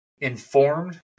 informed